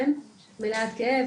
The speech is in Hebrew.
מלאת כאב,